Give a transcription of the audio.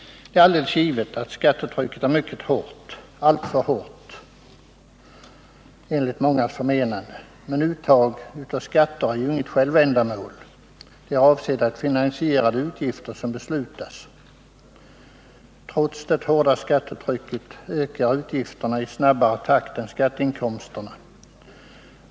Det är alldeles givet att skattetrycket är mycket hårt, alltför hårt enligt vårt förmenande. Men uttag av skatter är ju inget självändamål, de är avsedda att finansiera de utgifter som beslutas. Trots det hårda skattetrycket ökar utgifterna i snabbare takt än skatteinkomsterna.